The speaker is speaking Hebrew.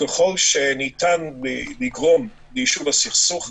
ככל שניתן לגרום ליישוב הסכסוך,